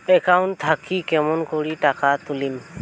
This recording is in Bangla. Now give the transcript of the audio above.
একাউন্ট থাকি কেমন করি টাকা তুলিম?